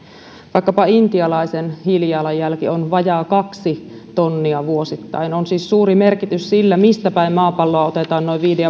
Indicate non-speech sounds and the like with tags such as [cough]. vaikkapa intialaisen hiilijalanjälki on vajaa kaksi tonnia vuosittain on siis suuri merkitys sillä mistä päin maapalloa otetaan noin viiden [unintelligible]